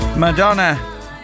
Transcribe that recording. Madonna